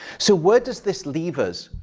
so where does this leave us?